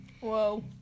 Whoa